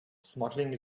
smuggling